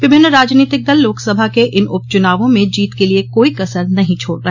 विभिन्न राजनीतिक दल लोकसभा के इन उपचुनावों में जीत के लिए कोई कसर नहीं छोड़ रहे